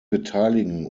beteiligen